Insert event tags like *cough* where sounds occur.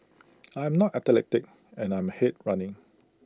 *noise* I am not athletic and I'm hate running